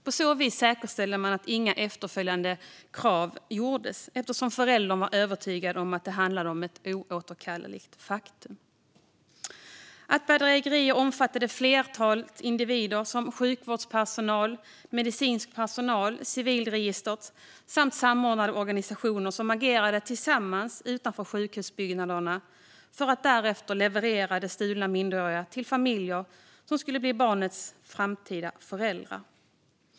På så vis säkerställde man att inga efterföljande krav kom, eftersom föräldern var övertygad om att det handlade om ett oåterkalleligt faktum. Bedrägeriet omfattade ett flertal individer, som sjukvårdspersonal och medicinsk personal, samt civilregistret och samordnade organisationer som agerade tillsammans utanför sjukhusbyggnaderna för att därefter leverera de stulna minderåriga till de familjer som skulle bli barnens framtida föräldrar.